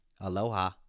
Aloha